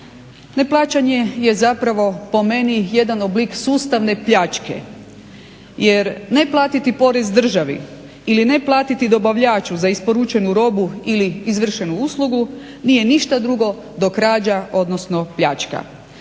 Neplaćanje je zapravo po meni jedan oblik sustavne pljačke, jer neplatiti porez državi ili neplatiti dobavljaču za isporučenu robu ili izvršenu uslugu nije ništa drugo do krađa odnosno pljačka.